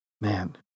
Man